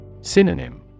Synonym